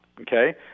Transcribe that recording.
Okay